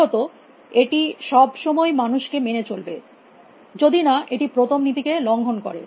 দ্বিতীয়ত এটি সব সময় মানুষকে মেনে চলবে যদিনা এটি প্রথম নীতিকে লঙ্ঘন করে